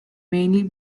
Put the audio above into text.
mainly